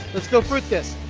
let's go fruit this